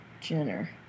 Jenner